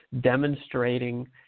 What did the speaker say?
demonstrating